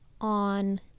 on